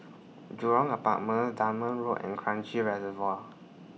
Jurong Apartments Dunman Road and Kranji Reservoir